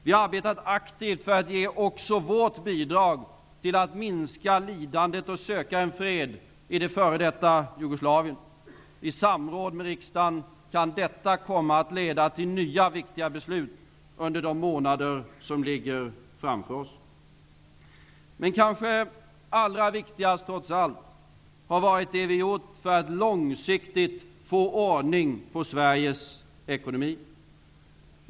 Vi har arbetat aktivt för att ge också vårt bidrag till att minska lidandet och söka en fred i det f.d. Jugoslavien. I samråd med riksdagen kan detta komma att leda till nya viktiga beslut under de månader som ligger framför oss. Men kanske allra viktigast är det vi har gjort för att långsiktigt få ordning på Sveriges ekonomi.